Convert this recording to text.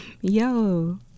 Yo